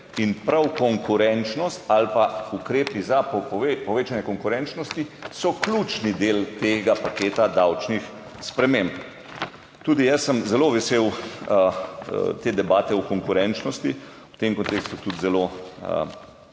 in prav konkurenčnost ali pa ukrepi za povečanje konkurenčnosti so ključni del tega paketa davčnih sprememb. Tudi jaz sem zelo vesel, te debate o konkurenčnosti v tem kontekstu tudi zelo